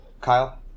Kyle